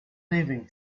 leaving